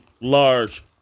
large